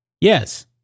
Yes